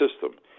system